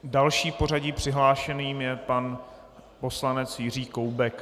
Dalším v pořadí přihlášeným je pan poslanec Jiří Koubek.